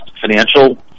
Financial